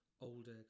older